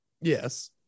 Yes